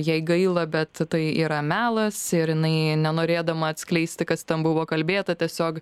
jai gaila bet tai yra melas ir jinai nenorėdama atskleisti kas ten buvo kalbėta tiesiog